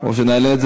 או שנעלה את זה